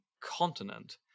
continent